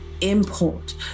import